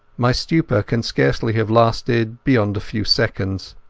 my stupor can scarcely have lasted beyond a few seconds.